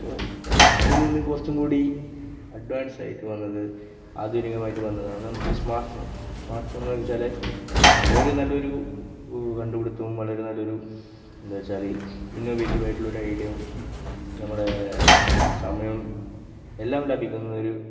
അപ്പോൾ അതില് നിന്നു കുറച്ചുംകൂടി അഡ്വാന്സ് ആയിട്ടു വന്നത് ആധുനികമായിട്ട് വന്നതാണ് നമുക്ക് ഈ സ്മാര്ട്ട് ഫോണ് സ്മാര്ട്ട് ഫോണെന്നു ചോദിച്ചാാൽ വളരെ നല്ലൊരു കണ്ടുപിടുത്തവും വളരെ നല്ലൊരു എന്താച്ചാൽ ഇന്ന വീട്ടുമായിട്ടുള്ള ഒരു ഐ ഡിയും നമ്മുടെ സമയവും എല്ലാം ലാഭിക്കുന്നൊരു